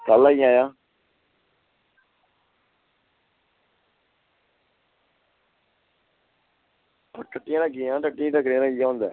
कल आई जायां छुट्टियां होंदियां न